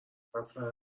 مسخره